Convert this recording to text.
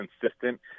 consistent